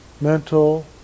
mental